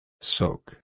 Soak